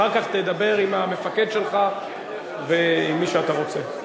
אחר כך תדבר עם המפקד שלך ועם מי שאתה רוצה.